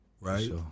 right